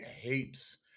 hates